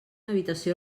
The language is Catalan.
habitació